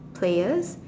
players